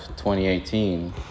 2018